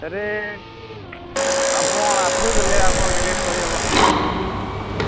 ଆରେ ଆପଣ ଆସିବେ ବୋଲେ ଆପଣଙ୍କ ରେଟ୍ କହିହେବ ହୁଁ